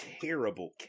terrible